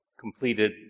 completed